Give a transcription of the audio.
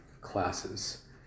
classes